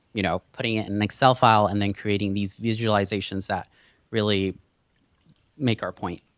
you know putting it in an excel file, and then creating these visualizations that really make our point.